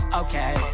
okay